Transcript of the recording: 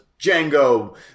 Django